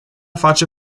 face